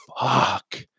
fuck